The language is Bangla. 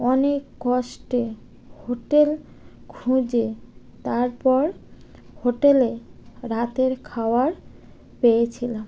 অনেক কষ্টে হোটেল খুঁজে তারপর হোটেলে রাতের খাওয়ার পেয়েছিলাম